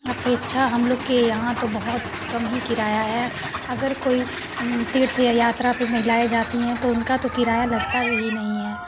अपेक्षा हम लोग के यहाँ तो बहुत कम हीं किराया है अगर कोई तीर्थ यात्रा पर महिलायें जाती हैं तो उनका तो किराया लगता भी नहीं है